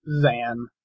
Zan